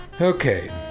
okay